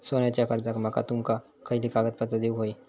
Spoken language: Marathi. सोन्याच्या कर्जाक माका तुमका खयली कागदपत्रा देऊक व्हयी?